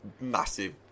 massive